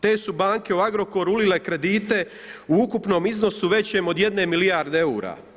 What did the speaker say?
Te su banke u Agrokoru ulile kredite u ukupnom iznosu većem od jedne milijarde eura.